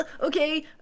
okay